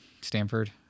Stanford